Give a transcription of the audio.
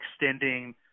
extending